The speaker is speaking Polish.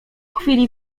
chwili